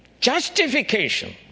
justification